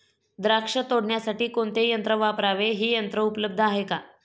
द्राक्ष तोडण्यासाठी कोणते यंत्र वापरावे? हे यंत्र उपलब्ध आहे का?